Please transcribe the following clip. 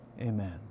amen